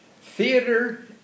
Theater